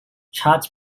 chart